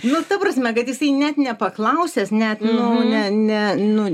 nu ta prasme kad jisai net nepaklausęs net nu ne ne nu